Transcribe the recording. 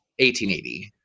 1880